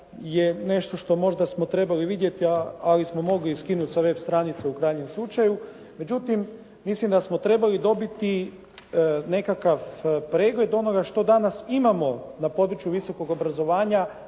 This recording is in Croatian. je nešto što možda smo trebali vidjeti ali smo mogli i skinuti sa web stranice u krajnjem slučaju međutim mislim da smo trebali dobiti nekakav pregled onoga što danas imamo na području visokog obrazovanja